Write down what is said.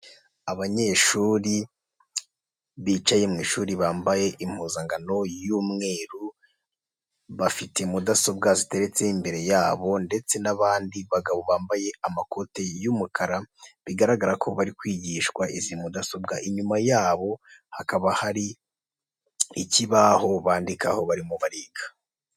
Abanyeshuri bicaye mu ishuri bambaye impuzankano y'umweru bafite mudasobwa ziteretse imbere yabo ndetse n'abandi bagabo bambaye amakoti y'umukara, bigaragara ko bari kwigishwa izi mudasobwa inyuma yabo hakaba hari ikibaho bandikaho barimo bariga.